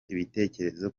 ibitekerezo